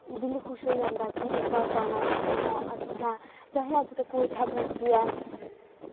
दिल खुश होई जंदा कि उं'दा गाना इन्ना अच्छा ऐ चाहे ओह् अज्ज तक इत्थै पुज्जे ऐं